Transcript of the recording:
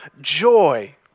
joy